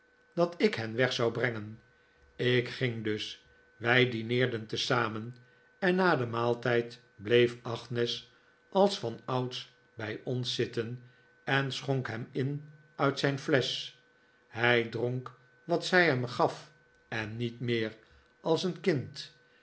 dat ik hen weg zou brengen ik ging dus wij dineerden tezamen en na den maaltijd bleef agnes als vanouds bij ons zitten en schonk hem in uit zijn flesch hij dronk wat zij hem gaf en niet meer als een kind